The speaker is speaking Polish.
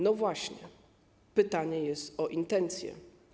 No właśnie, pytanie jest o intencję.